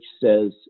says